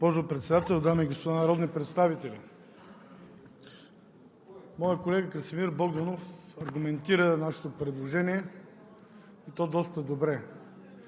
Госпожо Председател, дами и господа народни представители! Моят колега Красимир Богданов аргументира нашето предложение, и то доста добре,